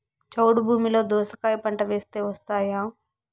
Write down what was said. చౌడు భూమిలో దోస కాయ పంట వేస్తే వస్తాయా?